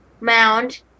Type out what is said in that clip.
mound